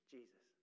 Jesus